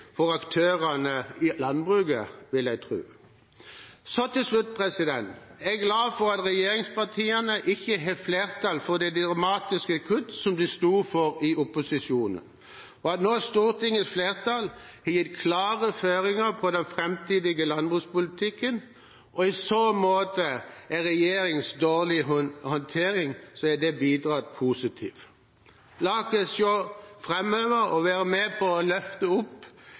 for aktørene i landbruket, vil jeg tro. Til slutt: Jeg er glad for at regjeringspartiene ikke har flertall for de dramatiske kuttene som de sto for i opposisjon, og for at Stortingets flertall nå har gitt klare føringer for den framtidige landbrukspolitikken. Det har bidratt positivt med tanke på regjeringens dårlige håndtering. La oss se framover og være med på å løfte